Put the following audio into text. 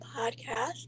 podcast